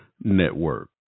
Network